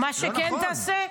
מה שכן תעשה,